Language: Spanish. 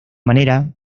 manera